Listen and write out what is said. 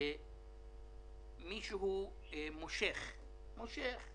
מישהו מושך את